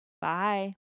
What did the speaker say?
bye